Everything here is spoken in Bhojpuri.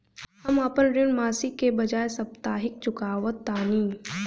हम अपन ऋण मासिक के बजाय साप्ताहिक चुकावतानी